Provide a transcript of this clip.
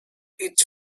each